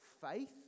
faith